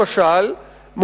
למשל,